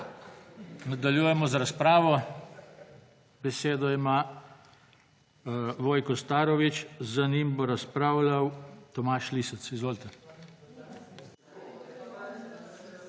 Nadaljujemo z razpravo. Besedo ima Vojko Starović, za njim bo razpravljal Tomaž Lisec. Izvolite